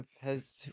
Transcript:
has-